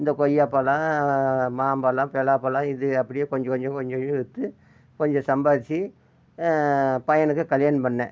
இந்த கொய்யா பழம் மாம்பழம் பலாப்பழம் இது அப்படியே கொஞ்சம் கொஞ்சம் கொஞ்சம் கொஞ்சம் விற்று கொஞ்சம் சம்பாதிச்சி பையனுக்கு கல்யாணம் பண்ணேன்